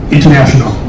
International